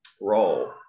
role